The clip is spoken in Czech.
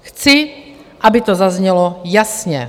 Chci, aby to zaznělo jasně.